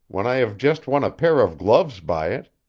when i have just won a pair of gloves by it.